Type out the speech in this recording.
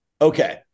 okay